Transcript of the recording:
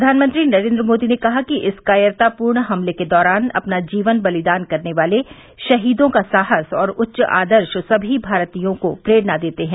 प्रधानमंत्री नरेन्द्र मोदी ने कहा कि इस कायरतापूर्ण हमले के दौरान अपना जीवन बलिदान करने वाले शहीदों का साहस और उच्च आदर्श सभी भारतीयों को प्रेरणा देते हैं